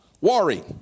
worry